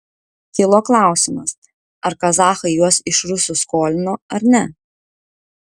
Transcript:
kilo klausimas ar kazachai juos iš rusų skolino ar ne